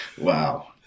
Wow